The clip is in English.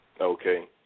okay